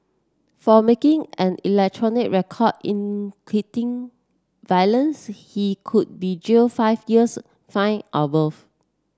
for making an electronic record in violence he could be jailed five years fined or both